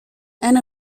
and